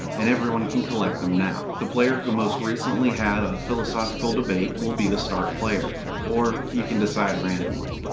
and everyone can collect them now. the player who most recently had a philosophical debate will be the start player. or, you can decide randomly.